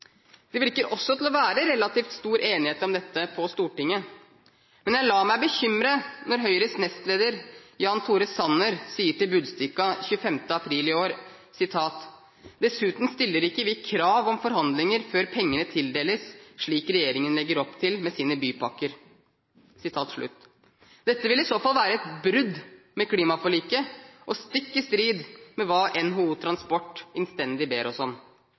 Det virker til å være relativt stor enighet om dette på Stortinget, men jeg lar meg bekymre når Høyres nestleder Jan Tore Sanner sier til Budstikka 25. april i år: «Dessuten stiller vi ikke krav om forhandlinger før pengene tildeles, slik regjeringen legger opp til med sine bypakker.» Dette vil i så fall være et brudd med klimaforliket, og stikk i strid med hva NHO Transport innstendig ber oss om.